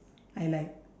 I like